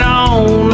on